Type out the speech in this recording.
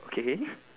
okay